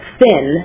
thin